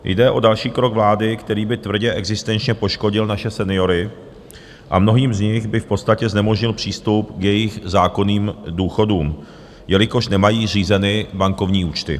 Jde o další krok vlády, který by tvrdě existenčně poškodil naše seniory a mnohým z nich by v podstatě znemožnil přístup k jejich zákonným důchodům, jelikož nemají řízeny bankovní účty.